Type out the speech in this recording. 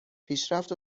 پیشرفت